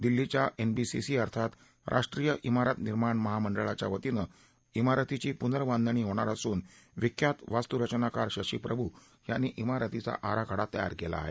दिल्लीच्या एनबीसीसी अर्थात राष्ट्रीय सारत निर्माण महामंडळाच्यावतीनं सारतीची पुनर्बांधणी होणार असून विख्यात वास्तू रचनाकार शशी प्रभू यांनी सिरतीचा आराखडा तयार केला आहे